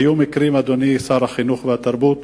היו מקרים בעבר, אדוני שר החינוך והתרבות,